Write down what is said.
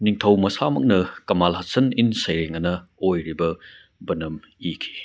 ꯅꯤꯡꯊꯧ ꯃꯁꯥꯃꯛꯅ ꯀꯃꯥꯜ ꯍꯥꯁꯟ ꯏꯟ ꯁꯩꯔꯦꯡ ꯑꯅ ꯑꯣꯏꯕ ꯕꯅꯝ ꯏꯈꯤ